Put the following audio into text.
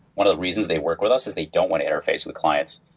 one of the reasons they work with us is they don't want to interface with clients.